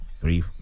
three